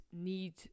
need